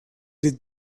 did